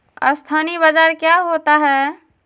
अस्थानी बाजार क्या होता है?